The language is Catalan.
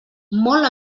molt